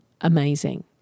Amazing